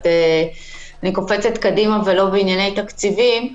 אולי אני קופצת קדימה ולא בענייני תקציבים,